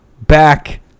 back